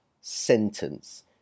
sentence